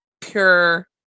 pure